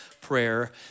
prayer